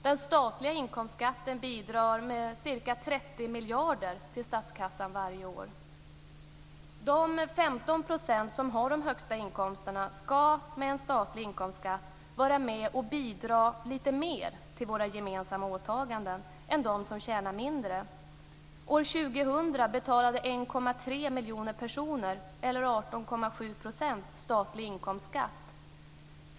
Den statliga inkomstskatten bidrar med ca 30 miljarder till statskassan varje år. De 15 % som har de högsta inkomsterna ska med en statlig inkomstskatt vara med och bidra lite mer till våra gemensamma åtaganden än de som tjänar mindre. År 2000 betalade 1,3 miljoner personer, eller 18,7 %, statlig inkomstskatt.